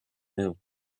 new